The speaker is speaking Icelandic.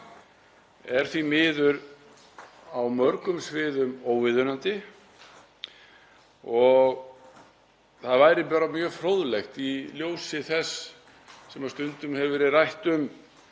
er því miður á mörgum sviðum óviðunandi. Það væri mjög fróðlegt í ljósi þess sem stundum hefur verið rætt um